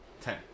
ten